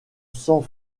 sang